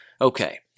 Okay